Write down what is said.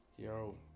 Yo